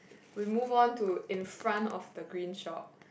we move on to in front of the green shop